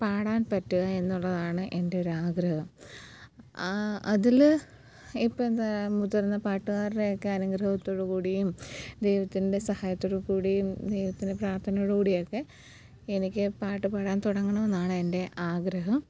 പാടാൻ പറ്റുക എന്നുള്ളതാണ് എൻറെ ഒരു ആഗ്രഹം അതിൽ ഇപ്പം എന്താണ് മുതിർന്ന പാട്ടുകാരുടെയൊക്കെ അനുഗ്രഹത്തോടുകൂടിയും ദൈവത്തിൻ്റെ സഹായത്തോടുകൂടിയും ദൈവത്തിൻ്റെ പ്രാർത്ഥനയോടുകൂടിയൊക്കെ എനിക്ക് പാട്ട് പാടാൻ തുടങ്ങണം എന്നാണ് എൻ്റെ ആഗ്രഹം